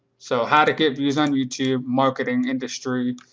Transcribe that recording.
so how to get views on youtube, marketing industry,